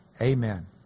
Amen